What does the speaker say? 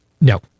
No